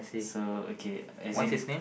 so okay as in